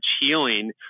healing